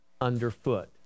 underfoot